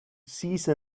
cease